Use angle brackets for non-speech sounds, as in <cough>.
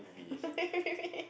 <laughs> A B B A